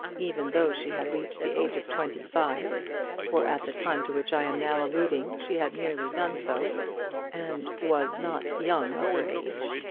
even though she had reached the age of twenty-five for at the time to which i am now alluding she had nearly done so and was not young of her age,